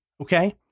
Okay